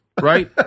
Right